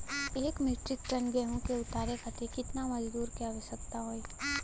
एक metric ton गेहूँ के उतारे खातीर कितना मजदूर क आवश्यकता होई?